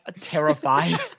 terrified